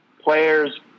players